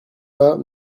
pas